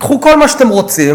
קחו כל מה שאתם רוצים,